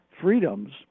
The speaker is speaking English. freedoms